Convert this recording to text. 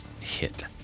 hit